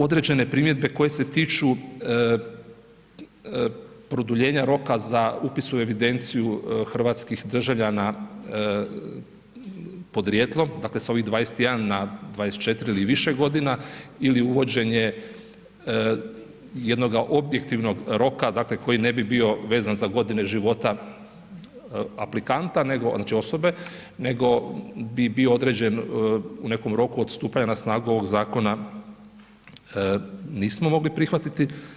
Određene primjedbe koje se tiču produljenja roka za upis u evidenciju hrvatskih državljana podrijetlom, dakle s ovih 21 na 24 ili više godina ili uvođenje jednoga objektivnog roka, dakle, koji ne bi bio vezan za godine života aplikanta, znači osobe, nego bi bio određen u nekom roku od stupanja na snagu ovog zakona, nismo mogli prihvatiti.